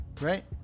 right